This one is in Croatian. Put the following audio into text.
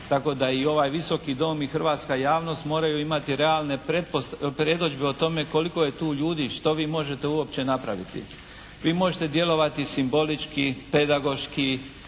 tako da i ovaj Visoki dom i hrvatska javnost moraju imati realne predodžbe o tome koliko je tu ljudi, što vi možete uopće napraviti. Vi možete djelovati simbolički, pedagoški,